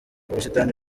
ubusitani